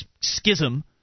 schism –